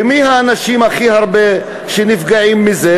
ומי האנשים שהכי הרבה שנפגעים מזה,